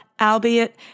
albeit